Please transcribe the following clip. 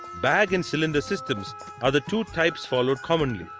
bag and cylinder systems are the two types followed commonly.